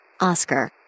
Oscar